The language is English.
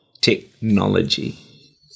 technology